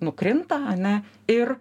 nukrinta ane ir